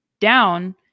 down